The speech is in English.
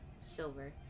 Silver